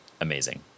amazing